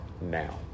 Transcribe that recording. now